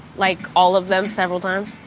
like, all of them several times.